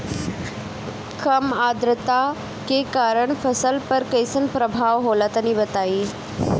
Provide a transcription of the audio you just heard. कम आद्रता के कारण फसल पर कैसन प्रभाव होला तनी बताई?